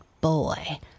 boy